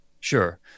Sure